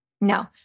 No